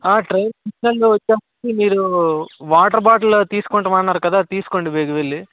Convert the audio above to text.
ఆ train signal వచ్చేస్తుంది మీరు వాటర్ బోటిల్ తీసుకొంటాం అన్నారు కదా తీసుకోండి బేగా వెళ్లి